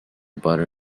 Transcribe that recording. butter